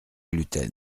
gluten